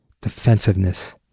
defensiveness